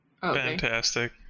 fantastic